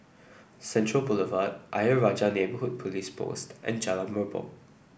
Central Boulevard Ayer Rajah Neighbourhood Police Post and Jalan Merbok